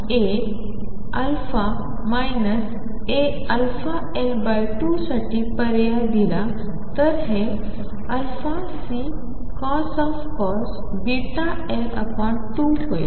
आता जर तुम्ही A αL2साठी पर्याय दिला तर हे αCcos βL2होईल